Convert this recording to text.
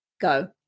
go